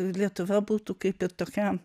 lietuva būtų kaip ir tokia